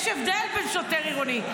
יש הבדל בין שוטר עירוני,